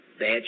Bad